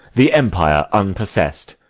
the empire unpossess'd?